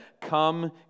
come